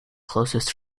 closest